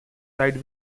ride